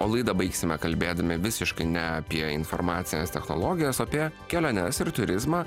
o laidą baigsime kalbėdami visiškai ne apie informacines technologijas o apie keliones ir turizmą